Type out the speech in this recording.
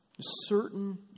Certain